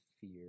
fear